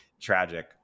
tragic